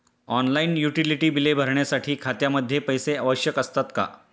Online utility बिले भरण्यासाठी खात्यामध्ये पैसे आवश्यक असतात का?